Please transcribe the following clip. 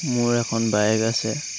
মোৰ এখন বাইক আছে